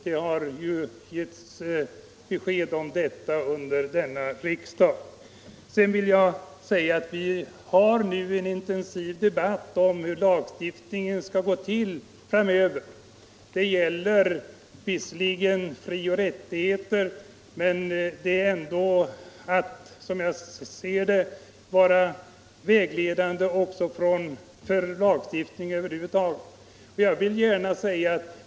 Det har ju getts besked om det under denna riksdag. Vi har nu en intensiv debatt om hur lagstiftningen skall ske framöver. Debawuen gäller visserligen fri och rättigheter. men den bör även, som jag ser det, vara vägledande för lagstiftning över huvud taget.